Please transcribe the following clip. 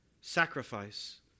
sacrifice